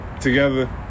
together